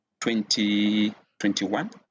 2021